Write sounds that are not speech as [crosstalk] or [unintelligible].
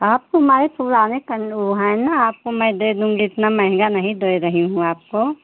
आपको [unintelligible] वह है ना आपको मैं दे दूँगी इतना महँगा नहीं नहीं दे रही हूँ आपको